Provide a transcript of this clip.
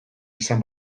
izan